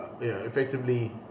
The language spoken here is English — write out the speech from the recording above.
effectively